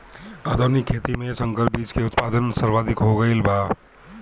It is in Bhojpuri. आधुनिक खेती में संकर बीज के उत्पादन सर्वाधिक हो गईल बा